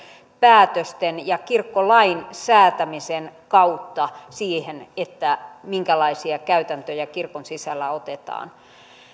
päätösten ja kirkkolain säätämisen kautta siihen minkälaisia käytäntöjä kirkon sisällä otetaan